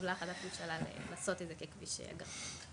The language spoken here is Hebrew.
שהתקבלה החלטת ממשלה לעשות את זה ככביש אגרה.